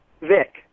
Vic